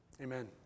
amen